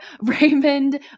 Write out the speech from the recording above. Raymond